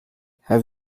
have